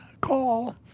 call